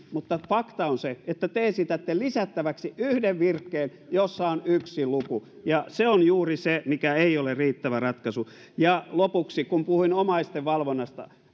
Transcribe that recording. mutta fakta on se että te esitätte lisättäväksi yhden virkkeen jossa on yksi luku ja se on juuri se mikä ei ole riittävä ratkaisu ja lopuksi kun puhuin omaisten valvonnasta